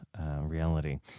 reality